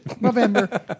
November